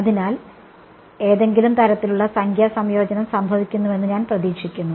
അതിനാൽ ഏതെങ്കിലും തരത്തിലുള്ള സംഖ്യാ സംയോജനം സംഭവിക്കുമെന്ന് ഞാൻ പ്രതീക്ഷിക്കുന്നു